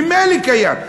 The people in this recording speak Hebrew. ממילא קיים.